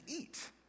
eat